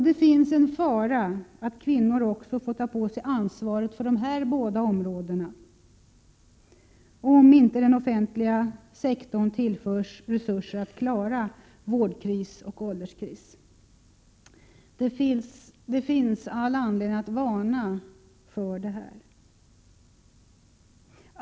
Det finns en fara att kvinnorna får ta på sig ansvaret för också dessa båda områden, om inte den offentliga sektorn tillförs resurser att klara vårdkris och ålderskris. Det finns all anledning att varna för detta.